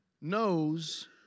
knows